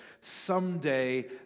someday